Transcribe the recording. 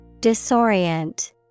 Disorient